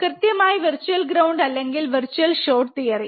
കൃത്യമായി virtual ground അല്ലെങ്കിൽ virtual short theory